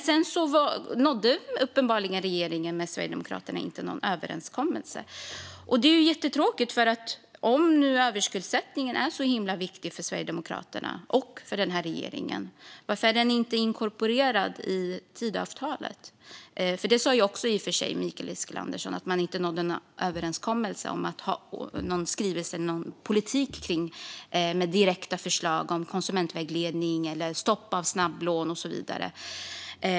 Sedan nådde regeringen och Sverigedemokraterna uppenbarligen inte någon överenskommelse. Det är ju jättetråkigt. Om nu överskuldsättningen är så himla viktig för Sverigedemokraterna och för denna regering kan man ju undra varför den inte är inkorporerad i Tidöavtalet. Mikael Eskilandersson sa i och för sig att de inte nådde någon överenskommelse om en skrivelse för en politik med direkta förslag om konsumentvägledning, stopp för snabblån och så vidare.